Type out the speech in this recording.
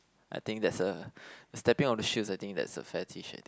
I think that's a stepping of the shoes I think that's a fair